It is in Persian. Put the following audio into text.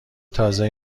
تازه